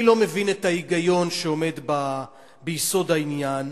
אני לא מבין את ההיגיון שעומד ביסוד העניין.